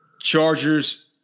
Chargers